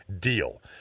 deal